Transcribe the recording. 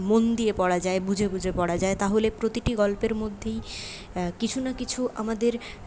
মন দিয়ে পড়া যায় বুঝে বুঝে পড়া যায় তাহলে প্রতিটি গল্পের মধ্যেই কিছু না কিছু আমাদের